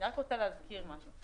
אני רק רוצה להזכיר משהו.